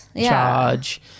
charge